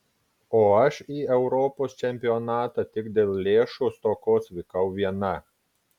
o aš į europos čempionatą tik dėl lėšų stokos vykau viena